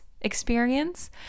experience